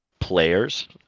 players